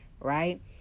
right